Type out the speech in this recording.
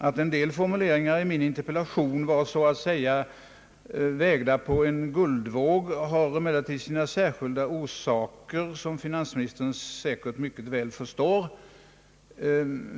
Att en del formuleringar i min interpellation var så att säga vägda på guldvåg har emellertid sina särskilda orsaker, som finansministern säkert förstår.